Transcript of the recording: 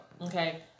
Okay